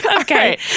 Okay